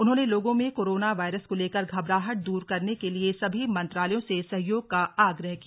उन्होंने लोगों में कोरोना वायरस को लेकर घबराहट दूर करने के लिए सभी मंत्रालयों से सहयोग का आग्रह किया